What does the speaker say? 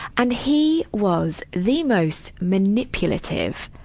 and he was the most manipulative,